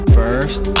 first